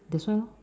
that's why lor